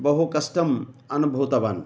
बहुकष्टम् अनुभूतवान्